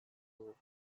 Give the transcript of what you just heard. dut